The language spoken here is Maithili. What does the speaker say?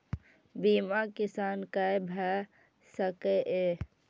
बीमा किसान कै भ सके ये?